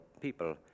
people